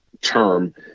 term